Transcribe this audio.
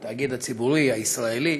התאגיד הציבורי הישראלי,